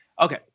Okay